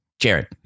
jared